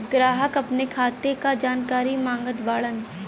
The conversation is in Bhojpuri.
ग्राहक अपने खाते का जानकारी मागत बाणन?